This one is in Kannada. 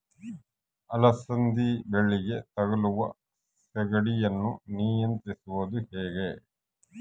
ಅಲಸಂದಿ ಬಳ್ಳಿಗೆ ತಗುಲುವ ಸೇಗಡಿ ಯನ್ನು ನಿಯಂತ್ರಿಸುವುದು ಹೇಗೆ?